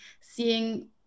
seeing